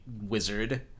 wizard